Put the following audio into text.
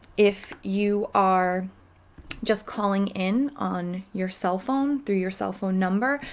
if you are just calling in on your cell phone, through your cell phone number,